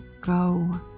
go